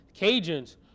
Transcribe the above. Cajuns